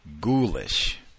ghoulish